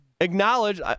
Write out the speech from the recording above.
acknowledge